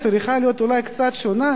צריכה להיות אולי קצת שונה,